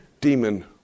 Demon